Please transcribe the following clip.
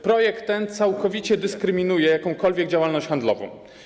Projekt ten całkowicie dyskryminuje jakąkolwiek działalność handlową.